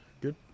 good